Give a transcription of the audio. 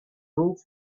roof